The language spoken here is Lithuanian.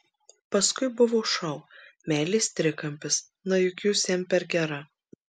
paskui buvo šou meilės trikampis na juk jūs jam per gera